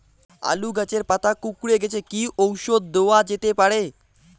আলু গাছের পাতা কুকরে গেছে কি ঔষধ দেওয়া যেতে পারে?